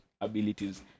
abilities